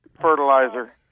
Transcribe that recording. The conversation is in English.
fertilizer